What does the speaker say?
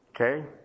Okay